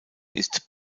ist